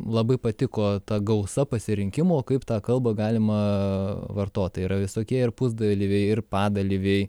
labai patiko ta gausa pasirinkimo kaip tą kalbą galima vartot tai yra visokie ir pusdalyviai ir padalyviai